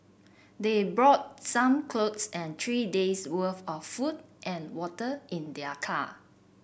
they brought some clothes and three day's worth of food and water in their car